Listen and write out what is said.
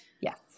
Yes